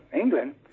England